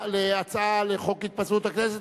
להצעה לחוק התפזרות הכנסת,